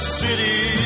city